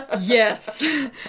Yes